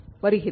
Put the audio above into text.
வருகிறேன்